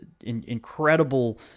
incredible